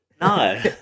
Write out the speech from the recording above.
no